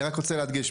אני רק רוצה להדגיש,